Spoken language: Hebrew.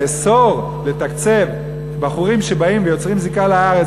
לאסור לתקצב בחורים שבאים ויוצרים זיקה לארץ,